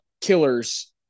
killers